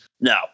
No